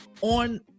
on